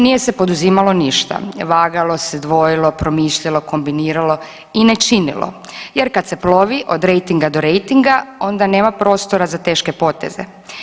Nije se poduzimalo ništa, vagalo se, dvojilo, promišljalo, kombiniralo i ne činilo jer kad se plovi od rejtinga do rejtinga onda nema prostora za teške poteze.